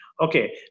Okay